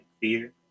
fear